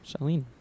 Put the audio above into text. charlene